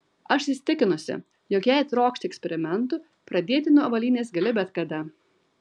aš įsitikinusi jog jei trokšti eksperimentų pradėti nuo avalynės gali bet kada